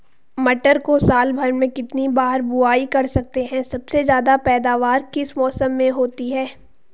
मटर को साल भर में कितनी बार बुआई कर सकते हैं सबसे ज़्यादा पैदावार किस मौसम में होती है?